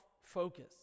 focus